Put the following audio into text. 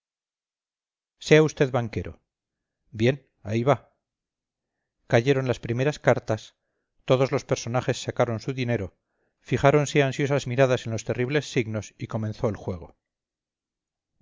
sea vd banquero bien ahí va cayeron las primeras cartas todos los personajes sacaron su dinero fijáronse ansiosas miradas en los terribles signos y comenzó el juego